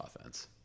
offense